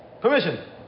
Permission